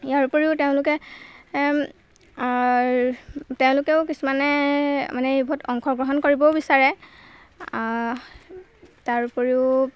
ইয়াৰ উপৰিও তেওঁলোকে তেওঁলোকেও কিছুমানে মানে এইবোৰত অংশগ্ৰহণ কৰিবও বিচাৰে তাৰ উপৰিও